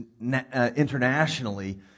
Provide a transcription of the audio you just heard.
internationally